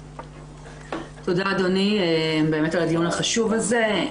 תודה, אדוני, על הדיון החשוב הזה.